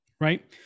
Right